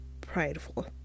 prideful